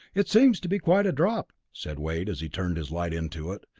it seems to be quite a drop, said wade as he turned his light into it,